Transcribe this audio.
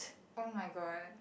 oh-my-god